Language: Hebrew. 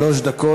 שלוש דקות.